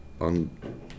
on